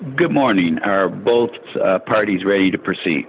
good morning are both parties ready to proceed